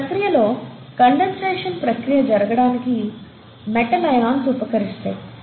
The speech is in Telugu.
ఈ ప్రక్రియలో కండెన్సేషన్ ప్రక్రియ జరగటానికి మెటల్ ఆయాన్స్ ఉపకరిస్తాయి